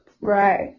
Right